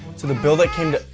the bill that came